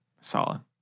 Solid